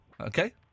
Okay